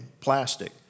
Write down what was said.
plastic